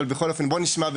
אבל בכל אופן בואו נשמע,